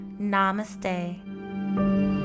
namaste